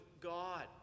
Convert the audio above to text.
god